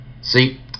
See